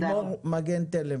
חברת הכנסת לימוד מגן תלם,